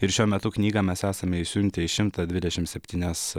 ir šiuo metu knygą mes esame išsiuntę į šimtą dvidešimt septynias